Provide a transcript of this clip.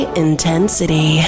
intensity